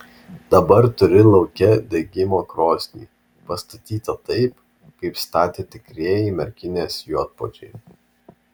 dabar turi lauke degimo krosnį pastatytą taip kaip statė tikrieji merkinės juodpuodžiai